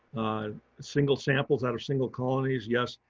ah single samples out of single colonies. yes,